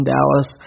Dallas